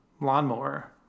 lawnmower